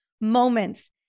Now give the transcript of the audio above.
moments